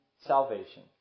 salvation